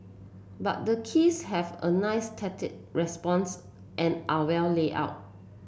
but the keys have a nice response and are well laid out